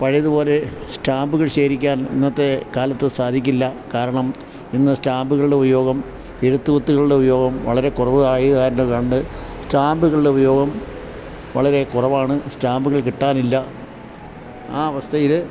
പഴയതുപോലെ സ്റ്റാമ്പുകൾ ശേഖരിക്കാൻ ഇന്നത്തെ കാലത്തു സാധിക്കില്ല കാരണം ഇന്ന് സ്റ്റാമ്പുകളുടെ ഉപയോഗം എഴുത്തു കുത്തുകളുടെ ഉപയോഗം വളരെ കുറവായതു കാരണംകൊണ്ട് സ്റ്റാമ്പുകളുടെ ഉപയോഗം വളരെ കുറവാണ് സ്റ്റാമ്പുകൾ കിട്ടാനില്ല ആ അവസ്ഥയില്